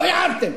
לא הערתם.